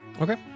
Okay